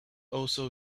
also